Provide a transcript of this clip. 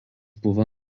buvo